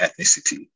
ethnicity